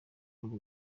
kuri